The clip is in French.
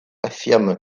affirme